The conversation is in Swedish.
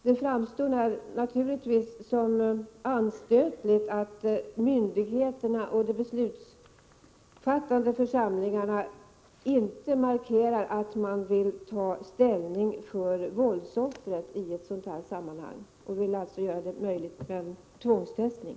Det framstår naturligtvis som anstötligt att myndigheterna och de beslutsfattande församlingarna inte markerar att de vill ta ställning för våldsoffret genom att göra tvångstestning möjlig.